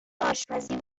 آشپزی